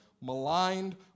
maligned